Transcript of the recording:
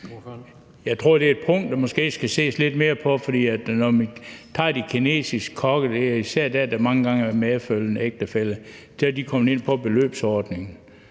Jeg tror, det er et punkt, der skal ses lidt mere på, for når man ser på de kinesiske kokke - det er især blandt dem, der mange gange er en medfølgende ægtefælle - så er de kommet ind på beløbsordningen.